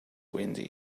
windy